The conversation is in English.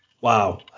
wow